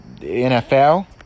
NFL